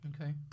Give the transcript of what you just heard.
Okay